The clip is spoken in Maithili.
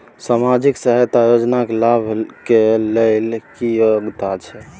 सामाजिक सहायता योजना के लाभ के लेल की योग्यता छै?